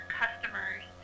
customers